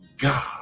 God